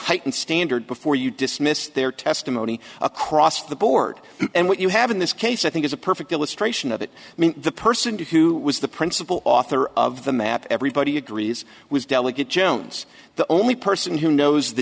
heightened standard before you dismiss their testimony across the board and what you have in this case i think is a perfect illustration of it i mean the person who was the principal author of the map everybody agrees was delegate jones the only person who knows the